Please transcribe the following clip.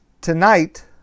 Tonight